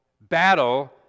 battle